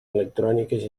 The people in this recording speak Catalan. electròniques